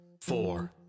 four